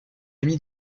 ami